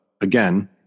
again